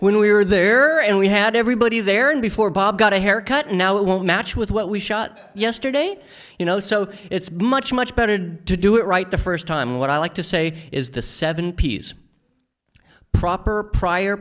when we were there and we had everybody there and before bob got a haircut now it won't match with what we shot yesterday you know so it's much much better to do it right the first time what i like to say is the seven pieces proper prior